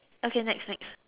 okay next next